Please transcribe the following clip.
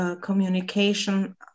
communication